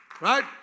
Right